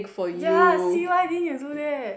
ya see why didn't you do that